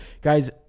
guys